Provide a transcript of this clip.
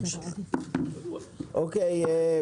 אוקיי.